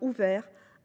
ouvert,